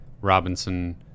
Robinson